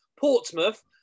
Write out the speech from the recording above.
Portsmouth